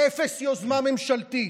אפס יוזמה ממשלתית,